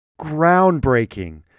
groundbreaking